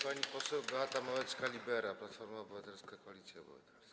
Pani poseł Beata Małecka-Libera, Platforma Obywatelska - Koalicja Obywatelska.